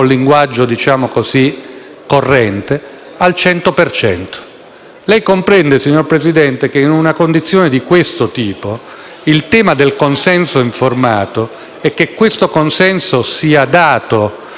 Lei comprende, signor Presidente, che in una condizione di questo tipo, il tema del consenso informato (e che questo consenso sia dato nell'esclusivo interesse della salute del minore)